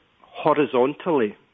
horizontally